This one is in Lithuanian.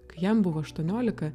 kai jam buvo aštuoniolika